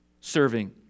serving